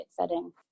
setting